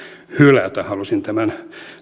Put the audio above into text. hylätä halusin tämän